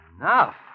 Enough